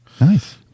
Nice